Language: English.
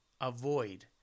avoid